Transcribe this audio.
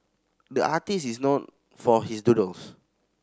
the artist is known for his doodles